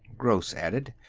gross added.